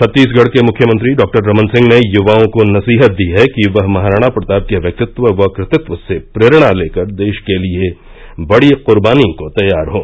छत्तीसगढ़ के मुख्यमंत्री डॉ रमन सिंह ने युवाओं को नसीहत दी है कि वह महाराणा प्रताप के व्यक्तित्व व कृतित्व से प्रेरणा लेकर देश के लिए बड़ी कुर्बनी को तैयार हों